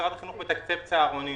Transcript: משרד החינוך מתקצב צהרונים.